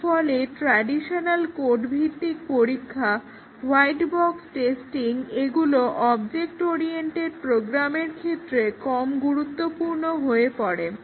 এরফলে traditional code ভিত্তিক পরীক্ষা হোয়াইট বক্স টেস্টিং এগুলো অবজেক্ট ওরিয়েন্টেড প্রোগ্রামের ক্ষেত্রে কম গুরুত্বপূর্ণ হয়ে পড়ে